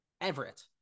Everett